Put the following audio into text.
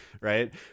right